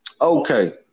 Okay